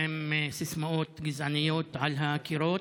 עם סיסמאות גזעניות על הקירות.